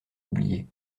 oubliée